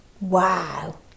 Wow